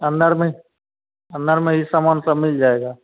अंदर में अंदर में ई सामान सब मिल जाएगा